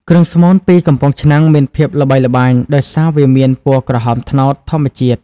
គ្រឿងស្មូនពីកំពង់ឆ្នាំងមានភាពល្បីល្បាញដោយសារវាមាន ពណ៌ក្រហមត្នោត ធម្មជាតិ។